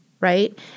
right